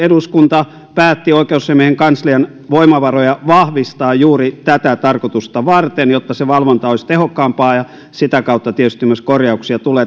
tai eduskunta päätti oikeusasiamiehen kanslian voimavaroja vahvistaa juuri tätä tarkoitusta varten jotta se valvonta olisi tehokkaampaa ja sitä kautta tietysti myös korjauksia tulisi